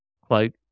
quote